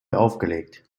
aufgelegt